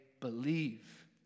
believe